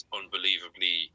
unbelievably